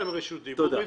קיבלתם רשות דיבור, הפסקתם,